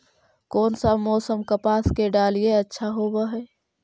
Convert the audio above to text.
कोन सा मोसम कपास के डालीय अच्छा होबहय?